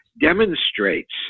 demonstrates